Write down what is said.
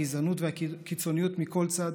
הגזענות והקיצוניות מכל צד